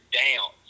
down